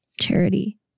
charity